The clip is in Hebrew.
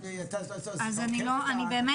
ברגע